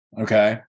okay